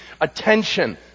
attention